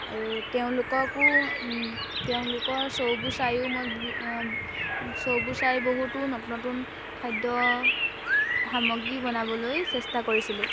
আৰু তেওঁলোককো তেওঁলোকৰ শ্ব'বোৰ চাইও শ্ব'বোৰ চাই বহুতো নতুন নতুন খাদ্য সামগ্ৰী বনাবলৈ চেষ্টা কৰিছিলোঁ